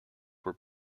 were